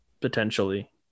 potentially